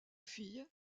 filles